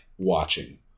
Watching